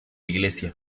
iglesia